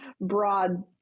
broad